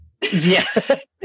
Yes